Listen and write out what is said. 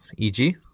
EG